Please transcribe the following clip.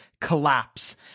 collapse